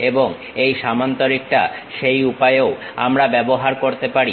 এবং এই সামান্তরিকটা সেই উপায়েও আমরা ব্যবহার করতে পারি